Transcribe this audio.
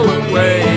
away